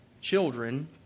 children